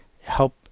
help